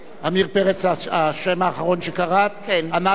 עמיר פרץ, השם האחרון שקראתְ, ענה: בעד.